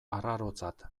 arrarotzat